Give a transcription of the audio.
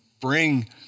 bring